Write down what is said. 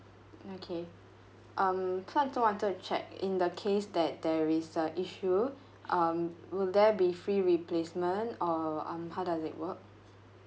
okay um so I also wanted to check in the case that there is a issue um will there be free replacement or um how does it work